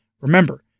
Remember